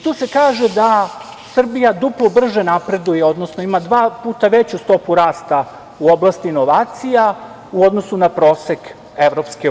Tu se kaže da Srbija duplo brže napreduje, odnosno ima dva puta veću stopu rasta u oblasti inovacija u odnosu na prosek EU.